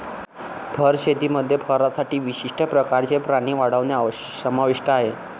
fur शेतीमध्ये फरसाठी विशिष्ट प्रकारचे प्राणी वाढवणे समाविष्ट आहे